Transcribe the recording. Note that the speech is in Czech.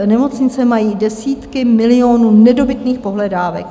Nemocnice mají desítky milionů nedobytných pohledávek.